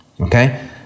Okay